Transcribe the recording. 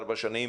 ארבע שנים,